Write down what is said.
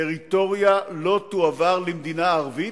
טריטוריה לא תועבר למדינה ערבית,